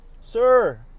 sir